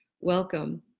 Welcome